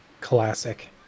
Classic